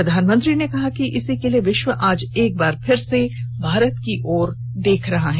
प्रधानमंत्री ने कहा कि इसी के लिए विश्व आज एक बार फिर से भारत की ओर देख रहा है